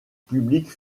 public